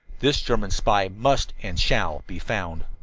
this german spy must and shall be found.